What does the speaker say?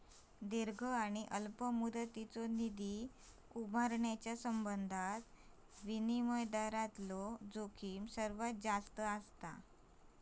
दीर्घ आणि अल्प मुदतीचो निधी उभारण्याच्यो संबंधात विनिमय दरातला जोखीम सर्वात जास्त असता